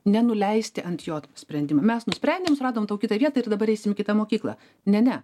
nenuleisti ant jo sprendimo mes nusprendėm suradom tau kitą vietą ir dabar eisim į kitą mokyklą ne ne